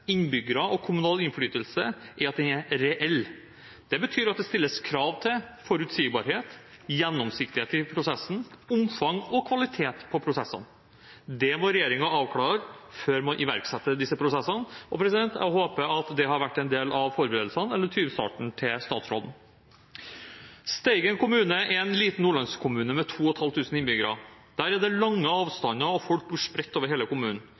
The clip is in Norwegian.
innbyggere og kommunal innflytelse er at den er reell. Det betyr at det stilles krav til forutsigbarhet, gjennomsiktighet i prosessens omfang og kvalitet på prosessene. Dette må regjeringen avklare før man iverksetter disse prosessene. Jeg håper at det har vært en del av forberedelsene eller tyvstarten til statsråden. Steigen kommune er en liten nordlandskommune med 2 500 innbyggere. Der er det lange avstander, og folk bor spredt over hele kommunen.